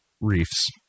reefs